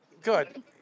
Good